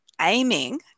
aiming